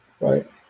right